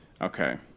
Okay